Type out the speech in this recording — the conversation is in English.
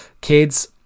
kids